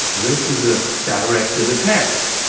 this is a directed attack.